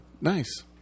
nice